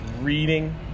reading